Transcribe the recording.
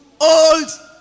old